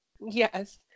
yes